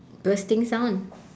bursting sound